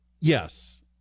yes